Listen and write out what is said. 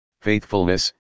faithfulness